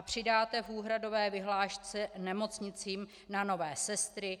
Přidáte v úhradové vyhlášce nemocnicím na nové sestry?